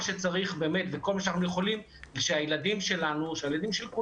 שצריך וכל מה שאנחנו יכולים כדי שהילדים של כולנו,